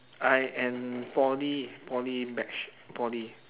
I am poly poly batch poly